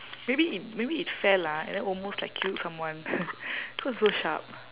maybe it maybe it fell lah and then almost like killed someone cause it's so sharp